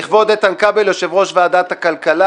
לכבוד איתן כבל, יושב-ראש ועדת הכלכלה.